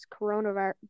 coronavirus